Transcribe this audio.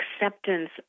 acceptance